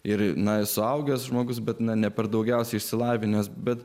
ir na suaugęs žmogus bet na ne per daugiausiai išsilavinęs bet